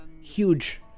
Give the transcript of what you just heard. Huge